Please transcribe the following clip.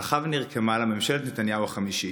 הלכה ונרקמה לה ממשלת נתניהו החמישית.